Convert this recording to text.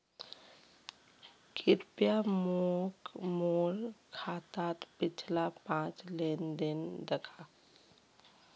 कृप्या मोक मोर खातात पिछला पाँच लेन देन दखा